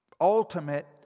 ultimate